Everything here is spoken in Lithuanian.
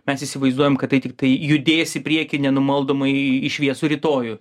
mes įsivaizduojam kad tai tiktai judės į priekį nenumaldomai į šviesų rytojų